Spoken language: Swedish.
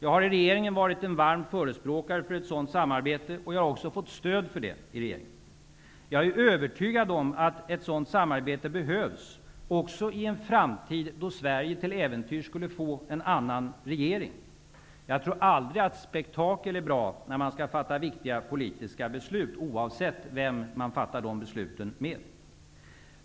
Jag har i regeringen varit en varm förespråkare för ett sådant samarbete och jag har också fått stöd för det i regeringen. Jag är övertygad om att ett sådant samarbete behövs också i en framtid då Sverige till äventyrs skulle få en annan regering. Jag tror aldrig att spektakel är bra när man skall fatta viktiga politiska beslut, oavsett vem man fattar besluten med.